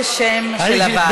זה השם של הוועדה.